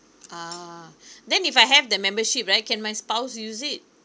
ah then if I have the membership right can my spouse use it